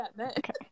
okay